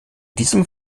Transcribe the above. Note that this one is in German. diesem